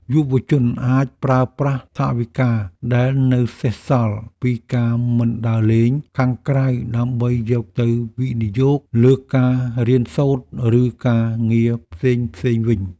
យុវជនអាចប្រើប្រាស់ថវិកាដែលនៅសេសសល់ពីការមិនដើរលេងខាងក្រៅដើម្បីយកទៅវិនិយោគលើការរៀនសូត្រឬការងារផ្សេងៗវិញ។